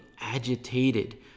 agitated